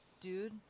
dude